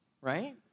right